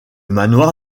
manoir